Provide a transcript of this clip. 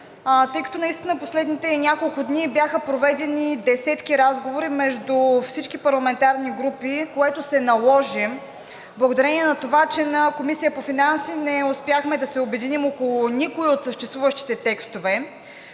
Тъй като наистина в последните няколко дни бяха проведени десетки разговори между всички парламентарни групи, което се наложи благодарение на това, че на Комисията по финанси не успяхме да се обединим около никой от съществуващите текстове